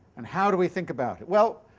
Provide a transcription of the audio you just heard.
and how do we think about it? well,